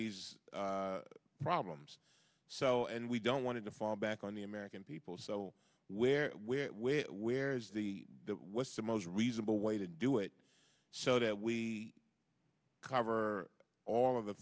these problems so and we don't want to fall back on the american people so where where where where is the what's the most reasonable way to do it so that we cover all of the